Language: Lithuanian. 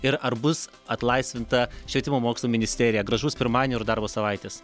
ir ar bus atlaisvinta švietimo mokslo ministerija gražus pirmadienio ir darbo savaitės